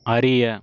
அறிய